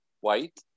white